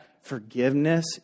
forgiveness